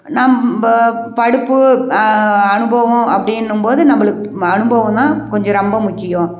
நம்ம படிப்பு அனுபவம் அப்படின்னும்போது நம்மளுக்கு அனுபவம் தான் கொஞ்சம் ரொம்ப முக்கியம்